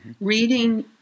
Reading